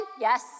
Yes